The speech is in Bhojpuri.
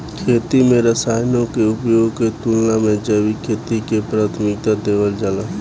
खेती में रसायनों के उपयोग के तुलना में जैविक खेती के प्राथमिकता देवल जाला